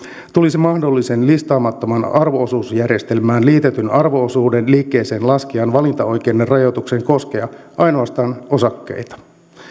tulisi mahdollisen listaamattoman arvo osuusjärjestelmään liitetyn arvo osuuden liikkeeseenlaskijan valintaoikeuden rajoituksen koskea ainoastaan osakkeita